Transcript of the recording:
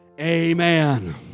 Amen